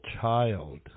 child